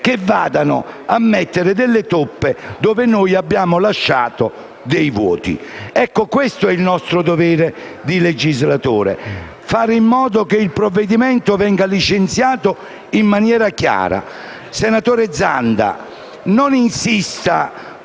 che vadano a mettere delle toppe dove noi abbiamo lasciato dei vuoti. Questo è il nostro dovere di legislatori: fare in modo che il provvedimento venga licenziato in maniera chiara. Senatore Zanda, non insista